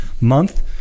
Month